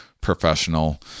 professional